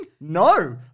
No